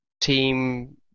team